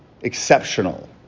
Exceptional